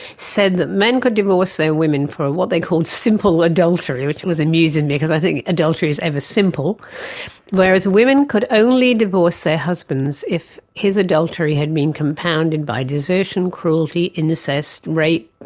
said that men could divorce their women for what they called, simple adultery' which was amusing, because i think adultery is ever simple whereas women could only divorce their husbands if his adultery had been compounded by desertion, cruelty, incest, rape,